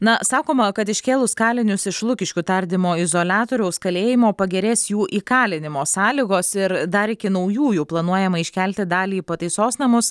na sakoma kad iškėlus kalinius iš lukiškių tardymo izoliatoriaus kalėjimo pagerės jų įkalinimo sąlygos ir dar iki naujųjų planuojama iškelti dalį į pataisos namus